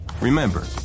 Remember